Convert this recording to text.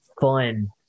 fun